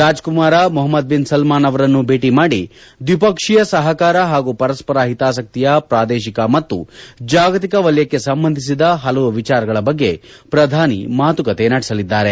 ರಾಜ ಕುಮಾರ Mohammed bin Salman ಅವರನ್ನೂ ಭೇಟಿ ಮಾಡಿ ದ್ವಿಪಕ್ಷೀಯ ಸಹಕಾರ ಹಾಗೂ ಪರಸ್ಪರ ಹಿತಾಸಕ್ತಿಯ ಪ್ರಾದೇಶಿಕ ಮತ್ತು ಜಾಗತಿಕ ವಲಯಕ್ಕೆ ಸಂಬಂಧಿಸಿದ ಹಲವು ವಿಚಾರಗಳ ಬಗ್ಗೆ ಪ್ರಧಾನಿ ಮಾತುಕತೆ ನಡೆಸಲಿದ್ದಾರೆ